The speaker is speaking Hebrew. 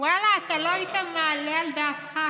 ואללה, אתה לא היית מעלה על דעתך.